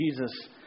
Jesus